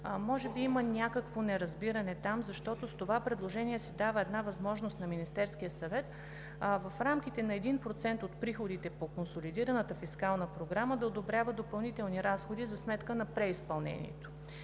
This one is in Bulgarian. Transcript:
Може би има някакво неразбиране там, защото с това предложение се дава една възможност на Министерския съвет в рамките на 1% от приходите по консолидираната фискална програма да одобрява допълнителни разходи за сметка на преизпълнението.